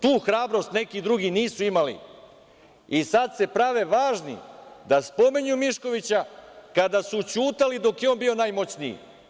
Tu hrabrost neki drugi nisu imali i sad se prave važni da spominju Miškovića, kada su ćutali dok je on bio najmoćniji.